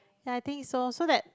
ya I think so so that